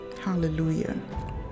Hallelujah